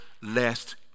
lest